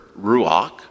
ruach